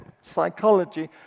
psychology